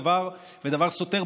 דבר ודבר סותר,